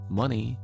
money